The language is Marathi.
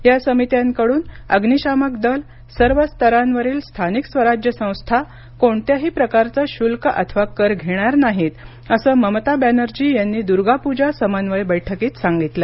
या समित्यांकडून अग्नीशामक दल सर्व स्तरांवरील स्थानिक स्वराज्य संस्था कोणत्याही प्रकारचं शुल्क अथवा कर घेणार नाहीत असं ममता बॅनर्जी यांनी दुर्गा पूजा समन्वय बैठकीत सांगितलं